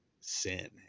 sin